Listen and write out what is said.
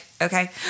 okay